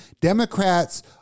Democrats